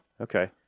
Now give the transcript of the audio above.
Okay